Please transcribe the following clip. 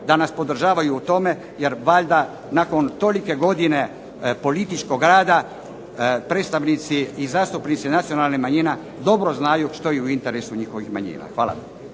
da nas podržavaju u tome jer valjda nakon toliko godina političkog rada predstavnici i zastupnici nacionalnih manjina dobro znaju što je u interesu njihovih manjina. Hvala.